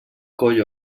coll